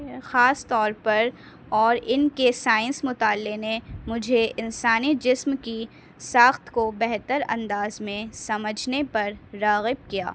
خاص طور پر اور ان کے سائنس مطالعے نے مجھے انسانی جسم کی ساخت کو بہتر انداز میں سمجھنے پر راغب کیا